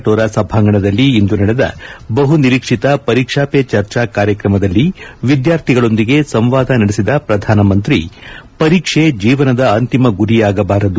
tora ಸಭಾಂಗಣದಲ್ಲಿ ಇಂದು ನಡೆದ ಬಹುನಿರೀಕ್ಷಿತ ಪರೀಕ್ಷಾ ಪೇ ಚರ್ಚಾ ಕಾರ್ಯಕ್ರಮದಲ್ಲಿ ವಿದ್ಯಾರ್ಥಿಗಳೊಂದಿಗೆ ಸಂವಾದ ನಡೆಸಿದ ಪ್ರಧಾನಮಂತ್ರಿ ಪರೀಕ್ಷೆ ಜೀವನದ ಅಂತಿಮ ಗುರಿಯಾಗಬಾರದು